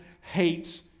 hates